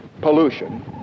pollution